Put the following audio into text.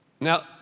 Now